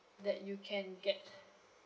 that you can get